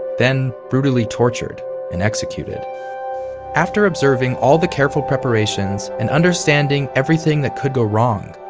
then brutally tortured and executed after observing all the careful preparations, and understanding everything that could go wrong,